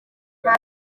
nta